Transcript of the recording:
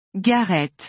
Gareth